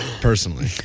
Personally